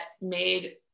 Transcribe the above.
made